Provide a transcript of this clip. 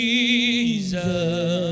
Jesus